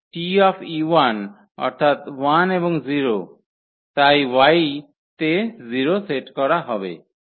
সুতরাং 𝑇 অর্থাৎ 1 এবং 0 তাই y তে 0 সেট করা হবে